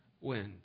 wind